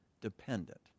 dependent